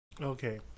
okay